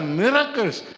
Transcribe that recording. miracles